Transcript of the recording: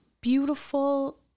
beautiful